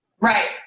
Right